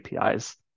APIs